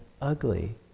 ugly